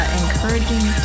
encouraging